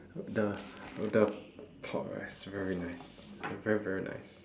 the the pork rice very nice very very nice